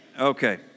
Okay